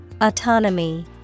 Autonomy